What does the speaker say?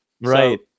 right